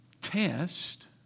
Test